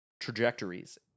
trajectories